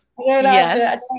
yes